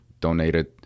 donated